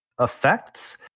effects